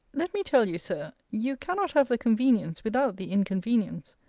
let me tell you, sir, you cannot have the convenience without the inconvenience.